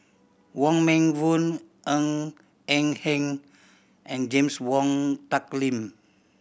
Wong Meng Voon Ng Eng Hen and James Wong Tuck